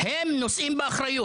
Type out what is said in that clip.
הם נושאים באחריות.